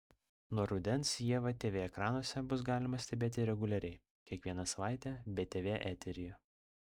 nuo rudens ievą tv ekranuose bus galima stebėti reguliariai kiekvieną savaitę btv eteryje